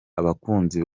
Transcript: abakunzi